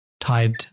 tied